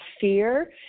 fear